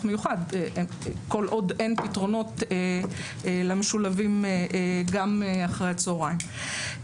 מיוחד כל עוד אין פתרונות למשולבים גם אחר הצהריים.